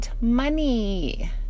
Money